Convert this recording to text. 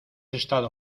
estado